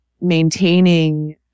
maintaining